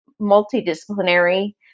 multidisciplinary